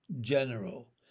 general